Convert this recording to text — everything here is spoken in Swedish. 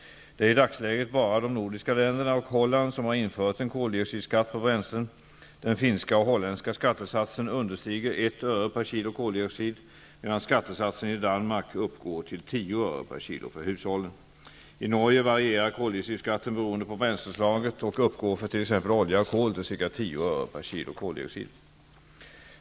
Det är i dagsläget bara de nordiska länderna och Holland som har infört en koldioxidskatt på bränslen. Den finska och holländska skattesatsen understiger 1 öre kg för hushållen. I Norge varierar koldioxidskatten beroende på bränsleslaget och uppgår för t.ex. olja och kol till ca 10 öre/kg koldioxid.